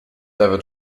never